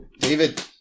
David